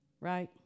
right